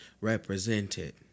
represented